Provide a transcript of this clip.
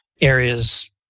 areas